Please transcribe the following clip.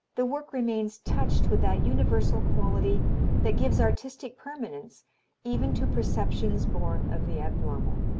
the work remains touched with that universal quality that gives artistic permanence even to perceptions born of the abnormal.